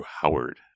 Howard